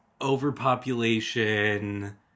overpopulation